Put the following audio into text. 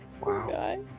Wow